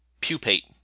pupate